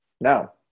Now